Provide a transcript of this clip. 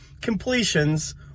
completions